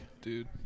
Dude